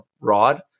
rod